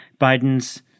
Biden's